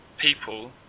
people